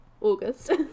August